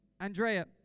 Andrea